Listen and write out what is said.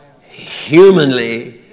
humanly